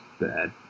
bad